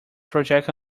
projected